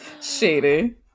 Shady